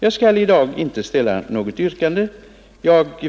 Jag skall i dag inte ställa något yrkande.